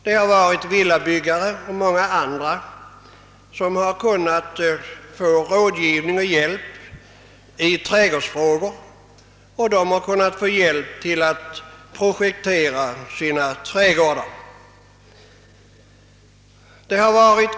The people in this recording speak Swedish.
Det har varit villabyggare och många andra som har kunnat få rådgivning och hjälp i trädgårdsfrågor; de har kunnat få hjälp till att projektera sina trädgårdar.